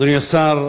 אדוני השר,